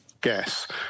gas